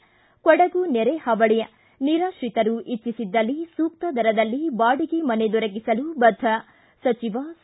ಕೊಡಗು ನೆರೆಹಾವಳಿ ನಿರಾತ್ರಿತರು ಇಟ್ಟಿಸಿದ್ದಲ್ಲಿ ಸೂಕ್ತ ದರದಲ್ಲಿ ಬಾಡಿಗೆ ಮನೆ ದೊರಕಿಸಲು ಬದ್ದ ಸಚಿವ ಸಾ